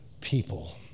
people